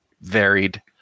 varied